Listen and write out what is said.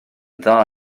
dda